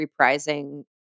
reprising